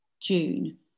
June